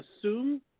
assume